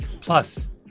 Plus